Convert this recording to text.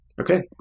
Okay